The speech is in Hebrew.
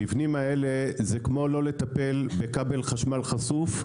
המבנים האלה זה כמו לא לטפל בכבל חשמל חשוף,